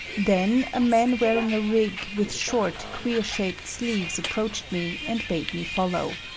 then a man wearing a rig with short, queer shaped sleeves approached me and bade me follow.